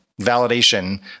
validation